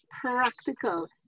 practical